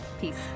Peace